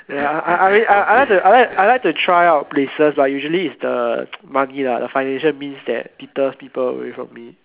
ya I I I mean I like to I like I like to try out places but usually is the money lah the financial means that deters people away from me